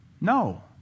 No